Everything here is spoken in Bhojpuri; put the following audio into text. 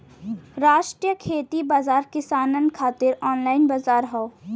राष्ट्रीय खेती बाजार किसानन खातिर ऑनलाइन बजार हौ